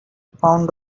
pound